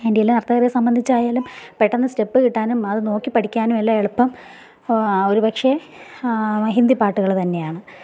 അതിൻ്റെയെല്ലാം അർത്ഥം ഒരേ സംബന്ധിച്ചായാലും പെട്ടെന്ന് സ്റ്റെപ്പ് കിട്ടാനും അത് നോക്കി പഠിക്കാനുമെല്ലാം എളുപ്പം ഒരുപക്ഷെ ഹിന്ദി പാട്ടുകൾ തന്നെയാണ്